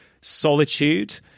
solitude